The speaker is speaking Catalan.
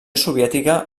soviètica